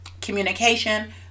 communication